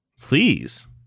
Please